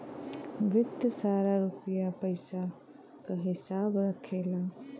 वित्त सारा रुपिया पइसा क हिसाब रखला